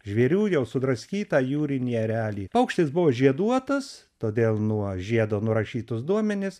žvėrių jau sudraskytą jūrinį erelį paukštis buvo žieduotas todėl nuo žiedo nurašytus duomenis